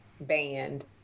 band